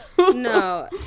No